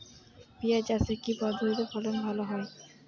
পিঁয়াজ চাষে কি পদ্ধতিতে ফলন ভালো হয়?